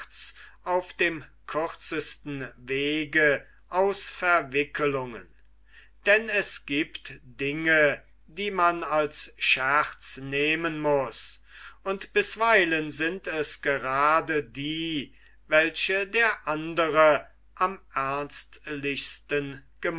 auf dem kürzesten wege aus verwickelungen denn es giebt dinge die man als scherz nehmen muß und bisweilen sind es grade die welche der andre am